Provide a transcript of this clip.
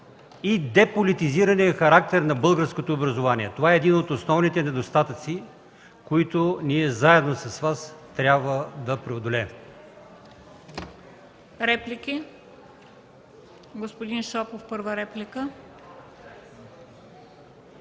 и деполитизирания характер на българското образование. Това е един от основните недостатъци, които ние заедно с Вас трябва да преодолеем.